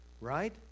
right